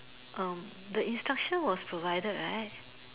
um the instruction was provided right